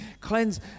Cleanse